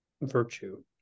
virtue